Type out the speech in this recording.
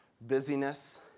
busyness